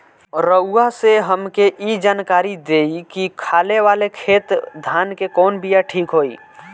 रउआ से हमके ई जानकारी देई की खाले वाले खेत धान के कवन बीया ठीक होई?